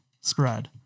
spread